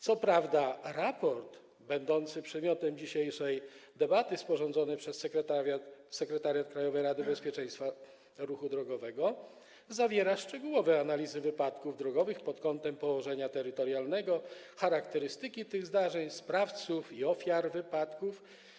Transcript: Co prawda, raport będący przedmiotem dzisiejszej debaty sporządzonej przez Sekretariat Krajowej Rady Bezpieczeństwa Ruchu Drogowego zawiera szczegółowe analizy wypadków drogowych pod kątem położenia terytorialnego, charakterystyki tych zdarzeń, sprawców i ofiar wypadków.